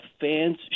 fans